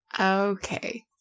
Okay